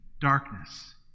darkness